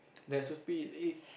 recipe the egg